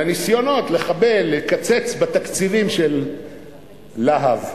והניסיונות לחבל, לקצץ בתקציבים של "להב",